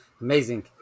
Amazing